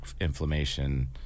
inflammation